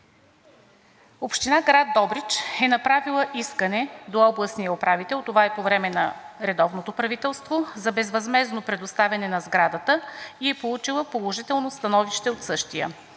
Община Добрич е направила искане до областния управител – това е по време на редовното правителство, за безвъзмездно предоставяне на сградата и е получила положително становище от същия.